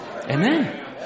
Amen